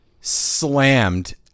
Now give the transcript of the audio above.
slammed